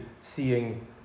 seeing